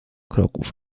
kroków